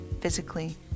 physically